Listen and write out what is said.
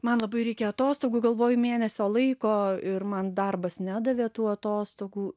man labai reikėjo atostogų galvoju mėnesio laiko ir man darbas nedavė tų atostogų